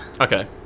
Okay